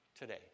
today